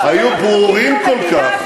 עוד מעט נציין את התאריך הזה,